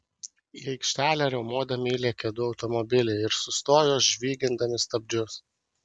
į aikštelę riaumodami įlėkė du automobiliai ir sustojo žvygindami stabdžius